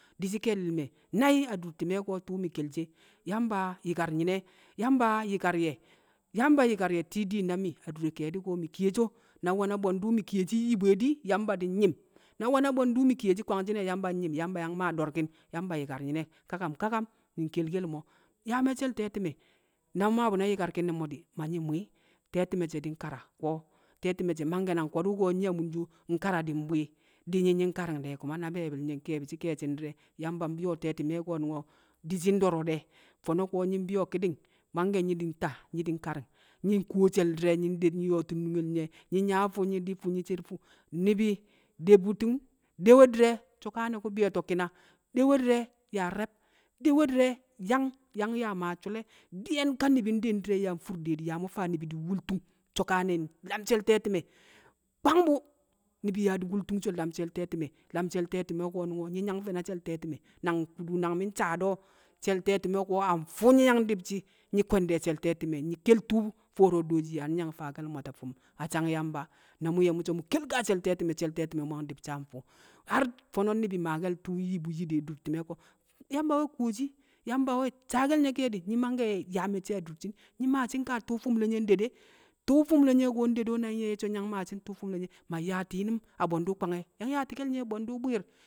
Di̱shi̱ ke̱e̱di̱l me̱ nai̱ adur ti̱mẹ ko̱ tu̱u̱ mi̱ kel she. Yamba yi̱kar nyi̱nẹ, Yamba yi̱kar ye̱, Yamba yi̱kar ye̱, ti̱i̱ diin na mi̱ adure ke̱e̱du̱ ko̱ mi̱ kiyeshi o, Na nwe̱ na bwe̱ndu̱ mi̱ kiyeshi nyi bu e di̱ Yamba di̱ nyi̱m. Na we̱ na bwe̱ndu̱ mi̱ kiyeshi kwangshi̱n e̱ di̱ Yamba nyi̱m, Yamba yi̱kar nyi̱ne̱ kakam kakam, mi̱ nkelkel mo̱. Yaa me̱cce̱l te̱ti̱me̱ na mmaa bu̱ na yịkarki̱n ne̱ mo̱ di̱, ma nyi̱ mwi̱i̱. Te̱ti̱me̱ she̱ di̱ nkara ko̱. Te̱ti̱me̱ she̱ mangke̱ nang ko̱du̱ ko̱ nyi̱ a munso nkara di̱ mbwi̱i̱. Di̱ nyi̱ nyi̱ nkari̱ng de̱ ku̱ma na be̱e̱bi̱l nye̱ nke̱e̱bi̱ ke̱e̱shi̱n di̱re̱. Yamba mmu̱u̱we̱ te̱ti̱me̱ ko̱nu̱ngo̱ di̱ shi̱ ndo̱ro̱ de̱ fo̱no̱ ko̱ nyi̱ mbi̱yo̱ ki̱di̱ng mangke̱ nyi̱ di̱ nta, nyi̱ di̱ nkari̱ng. Nyi̱ nkuwo she̱l di̱re̱ nde nyi̱ nyo̱o̱ti̱n nungel nye̱, nyi̱ yaa a fu̱ nyi̱ di̱ fu̱, nyi̱ cer fu̱ Ni̱bi̱ de bu̱tti̱n, dewe di̱rẹ so̱kane̱ ku̱ be̱e̱to̱ ki̱na dewe di̱rẹ yaa re̱b, dewe di̱rẹ yang, yang yaa maa sule. Di̱yẹn ka ni̱bi̱ nde di̱rẹ yaa mfur de di̱ yaa mu̱ faa ni̱bi̱ di̱ nwultung so̱kane̱ nlam she̱l te̱ti̱me̱. Nkwang bu̱. Ni̱bi̱ yaa di̱ nwultung so̱ nlam she̱l te̱ti̱me̱, lam she̱l te̱ti̱me̱ ko̱nu̱ngo̱, nyi̱ yang fe̱ na lam she̱l te̱ti̱me̱, nang nang wu̱ nang mi̱ nsaa do̱ she̱l te̱ti̱me̱ ko̱ a fu̱ nƴi̱ yang di̱b shi̱. Nyi̱ kwe̱n de̱ she̱l te̱ti̱me̱ nyi̱ kel tu̱u̱ fooro dooshi yaa nyi̱ yang faake̱l mwata fu̱m a san Yamba. Na. mu̱ ye̱ mu̱ so̱ mu̱ kel nkaa she̱l te̱ti̱me̱, she̱l te̱ti̱me̱, nyi̱ yang di̱bshi̱ a mfu̱, har fo̱no̱ ni̱bi̱ maake̱l tu̱u̱ nyi bu yi de a te̱ti̱me̱ ko̱. Yamba we̱ kuwoshi, Yamba nwe̱ saake̱l nye̱ ke̱e̱di̱ nyi̱ mangke̱ yaa me̱cce̱ adurshin,, nyi̱ maashi̱ nkaa tu̱u̱ fu̱m ne̱ nye̱ nde de. Tu̱u̱ fu̱m ne̱ nye̱ ko̱ nde de o na nyi̱ ye̱ nyi̱ so̱ nyi̱ yang maashi̱ nkaa tu̱u̱ fu̱m ne̱ nye̱, ma nyaati̱ nyi̱nu̱m a bwe̱ndu̱ kwange̱, yang yaati̱ke̱l nye̱ a mbwe̱ndu̱ bwi̱i̱r.